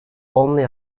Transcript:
only